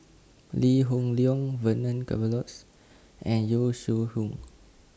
Lee Hoon Leong Vernon Cornelius and Yong Shu Hoong